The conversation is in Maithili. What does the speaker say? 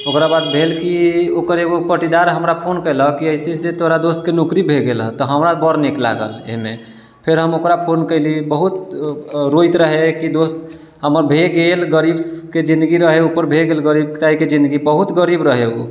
ओकरा बाद भेल की ओकर एगो पटीदार हमरा फोन कयलक ऐसे ऐसे तोरा दोस्तके नौकरी भए गेल हऽ तऽ हमरा बड़ नीक लागल अइमे फेर हम ओकरा फोन कयली बहुत रोयत रहै कि दोस्त हमऽ भए गेल गरीबके जिन्दगी रहै उपर भए गेल बहुत गरीब रहै उ